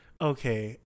Okay